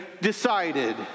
decided